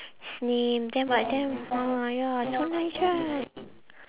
his name then but then ah ya so nice right